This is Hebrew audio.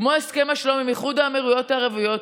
כמו הסכם השלום עם איחוד האמירויות הערביות,